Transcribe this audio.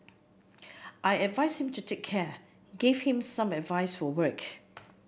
I advised him to take care gave him some advice for work